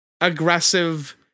aggressive